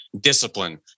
Discipline